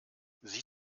sie